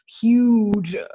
huge